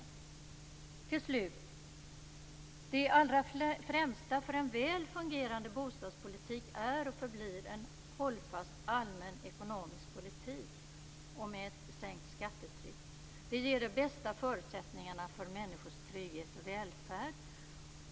Slutligen vill jag säga att det allra främsta för en väl fungerande bostadspolitik är och förblir en hållfast allmän ekonomisk politik med ett sänkt skattetryck. Det ger de bästa förutsättningarna för människors trygghet och välfärd.